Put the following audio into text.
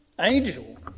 Angel